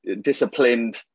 disciplined